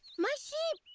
my sheep!